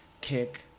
kick